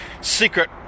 secret